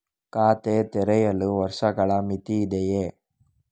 ಖಾತೆ ತೆರೆಯಲು ವರ್ಷಗಳ ಮಿತಿ ಇದೆಯೇ?